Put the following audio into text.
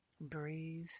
Breathe